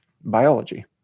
biology